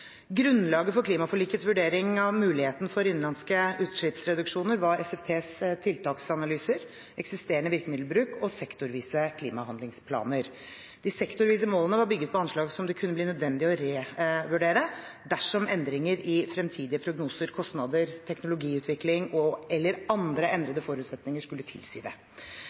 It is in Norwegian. Grunnlaget for klimaforlikets vurdering av muligheten for innenlandske utslippsreduksjoner var SFTs tiltaksanalyser, eksisterende virkemiddelbruk og sektorvise klimahandlingsplaner. De sektorvise målene var bygget på anslag som det kunne bli nødvendig å revurdere dersom endringer i fremtidige prognoser, kostnader, teknologiutvikling eller andre endrede forutsetninger skulle tilsi